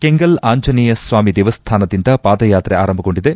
ಕೆಂಗಲ್ ಆಂಜನೇಯಸ್ವಾಮಿ ದೇವಸ್ಥಾನದಿಂದ ಪಾದಾಯಾತ್ರೆ ಆರಂಭಗೊಂಡಿದೆ